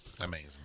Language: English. Amazing